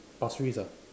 Pasir-Ris ah